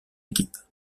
équipe